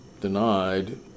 denied